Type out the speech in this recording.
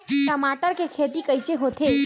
टमाटर के खेती कइसे होथे?